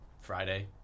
Friday